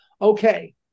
Okay